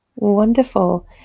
Wonderful